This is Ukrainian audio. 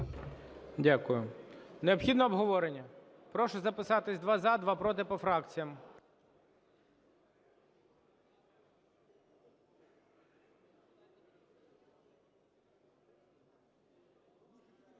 Дякую. Необхідне обговорення? Прошу записатись: два – за, два – проти - по фракціям.